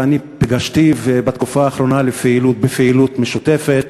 ואני פגשתיו בתקופה האחרונה בפעילות משותפת,